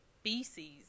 species